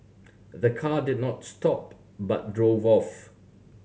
the car did not stop but drove off